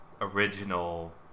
original